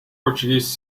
portuguese